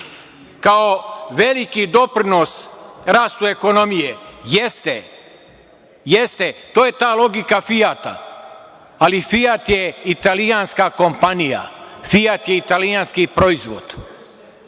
kao veliki doprinos rastu ekonomije. Jeste, to je ta logika "Fijata", ali "Fijat" je italijanska kompanija. "Fijat" je italijanski proizvod. Sve